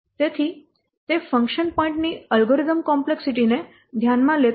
તેથી તે ફંક્શન ની અલ્ગોરિધમ કોમ્પ્લેક્સિટી ને ધ્યાનમાં લેતું નથી